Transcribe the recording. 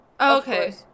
okay